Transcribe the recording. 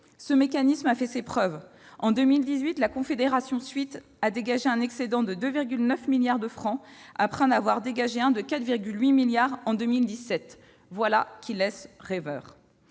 Ce mécanisme a fait ses preuves : en 2018, la Confédération suisse a dégagé un excédent de 2,9 milliards de francs suisses, après en avoir dégagé un de 4,8 milliards en 2017. Voilà qui laisse rêveur